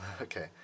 Okay